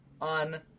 on